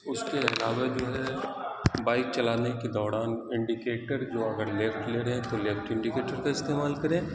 اس کے علاوہ جو ہے بائیک چلانے کے دوران انڈیکیٹر جو اگر لیفٹ لے رہے ہیں تو لیفٹ انڈیکیٹر کا استعمال کریں